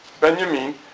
Benjamin